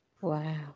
Wow